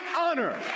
honor